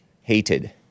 hated